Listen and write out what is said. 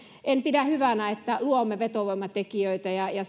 en pidä hyvänä että luomme vetovoimatekijöitä ja ja